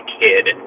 kid